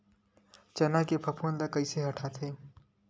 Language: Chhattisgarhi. चना के फफूंद ल कइसे हटाथे?